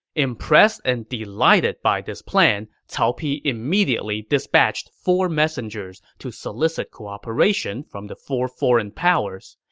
impressed and delighted by this plan, cao pi immediately dispatched four messengers to solicit cooperation from the four foreign powers.